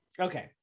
Okay